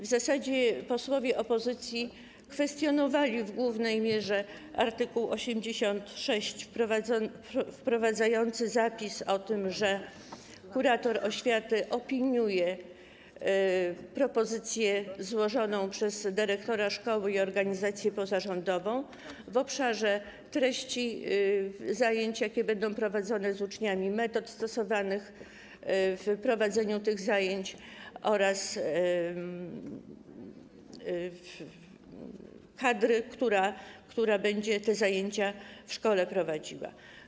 W zasadzie posłowie opozycji kwestionowali w głównej mierze art. 86 wprowadzający zapis o tym, że kurator oświaty opiniuje propozycję złożoną przez dyrektora szkoły i organizację pozarządową w obszarze treści zajęć, jakie będą prowadzone z uczniami, metod stosowanych w prowadzeniu zajęć oraz kadry, która będzie zajęcia w szkole prowadziła.